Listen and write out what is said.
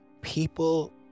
people